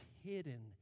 hidden